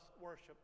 worship